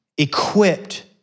equipped